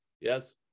Yes